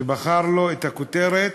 שבחר לו את הכותרת: